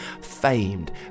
famed